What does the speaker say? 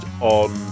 on